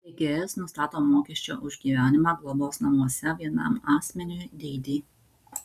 steigėjas nustato mokesčio už gyvenimą globos namuose vienam asmeniui dydį